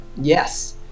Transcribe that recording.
yes